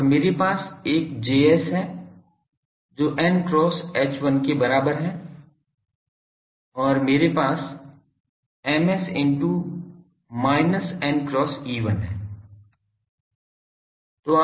और मेरे पास एक Js है जो n क्रॉस H1 के बराबर है और मेरे पास Ms into minus n cross E1 है